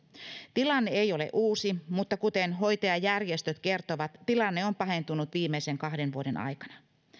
tilanne ei ole uusi mutta kuten hoitajajärjestöt kertovat tilanne on pahentunut viimeisen kahden vuoden aikana